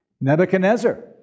Nebuchadnezzar